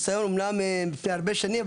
אומנם לפני הרבה שנים,